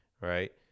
Right